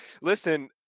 listen